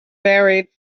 buried